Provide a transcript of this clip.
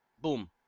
Boom